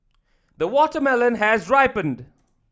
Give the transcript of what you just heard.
the watermelon has ripened